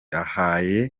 ahaye